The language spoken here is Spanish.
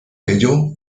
ello